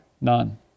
None